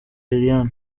lilian